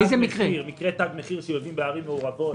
מקרי תג מחיר בערים מעורבות.